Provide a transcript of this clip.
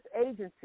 agency